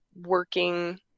working